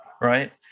Right